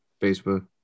Facebook